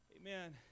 Amen